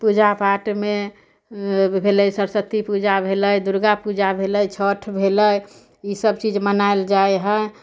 पूजापाठमे भेलै सरस्वती पूजा भेलै दुर्गापूजा भेलै छठि भेलै ई सभ चीज मनायल जाइ हइ